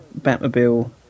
Batmobile